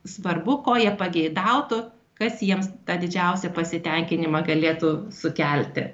svarbu ko jie pageidautų kas jiems tą didžiausią pasitenkinimą galėtų sukelti